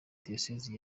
diyoseze